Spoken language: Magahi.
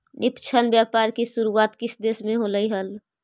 निष्पक्ष व्यापार की शुरुआत किस देश से होलई हल